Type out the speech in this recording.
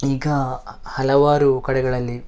ಈಗ ಹಲವಾರು ಕಡೆಗಳಲ್ಲಿ